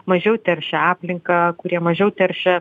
mažiau teršia aplinką kurie mažiau teršia